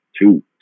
two